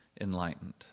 enlightened